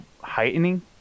heightening